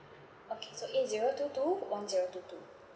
okay so eight zero two two one zero two two